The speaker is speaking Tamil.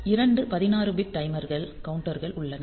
இரண்டு 16 பிட் டைமர்கள் கவுண்டர்கள் உள்ளன